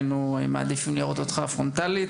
היינו מעדיפים לראות אותך פרונטלית,